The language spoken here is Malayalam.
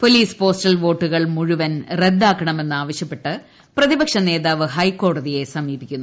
പോലീസ്പോസ്റ്റൽ പ്പോട്ടുകൾ മുഴുവൻ റദ്ദാക്കണമെന്നാവൃശ്യപ്പെട്ട് പ്രതിപക്ഷനേതാവ് ഹൈക്കോടതിയെ സ്രമീപിക്കുന്നു